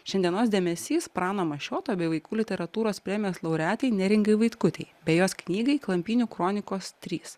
šiandienos dėmesys prano mašioto bei vaikų literatūros premijos laureatei neringai vaitkutei bei jos knygai klampynių kronikos trys